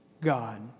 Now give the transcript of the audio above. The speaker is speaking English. God